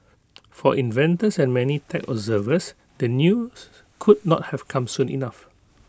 for investors and many tech observers the news could not have come soon enough